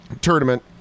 tournament